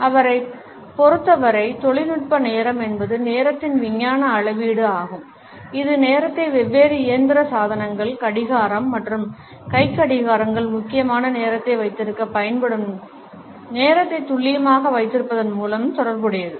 அவரைப் பொறுத்தவரை தொழில்நுட்ப நேரம் என்பது நேரத்தின் விஞ்ஞான அளவீடு ஆகும் இது நேரத்தை வெவ்வேறு இயந்திர சாதனங்கள் கடிகாரம் மற்றும் கைக்கடிகாரங்கள் முக்கியமாக நேரத்தை வைத்திருக்க பயன்படும் நேரத்தை துல்லியமாக வைத்திருப்பதன் மூலம் தொடர்புடையது